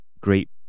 great